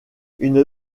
une